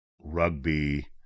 rugby